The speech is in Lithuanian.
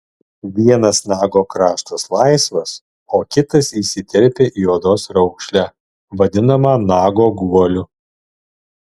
vienas nago kraštas laisvas o kitas įsiterpia į odos raukšlę vadinamą nago guoliu